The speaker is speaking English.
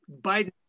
Biden